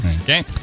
Okay